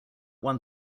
one